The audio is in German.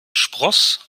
spross